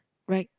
right